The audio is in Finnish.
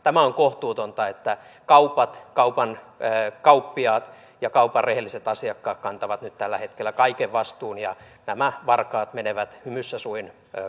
tämä on kohtuutonta että kaupat kaupan kauppiaat ja kaupan rehelliset asiakkaat kantavat nyt tällä hetkellä kaiken vastuun ja nämä varkaat menevät hymyssä suin kassoilta ohi